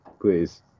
please